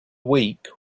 weak